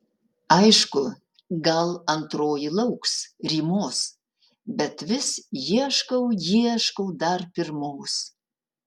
aišku gal antroji lauks rymos bet vis ieškau ieškau dar pirmos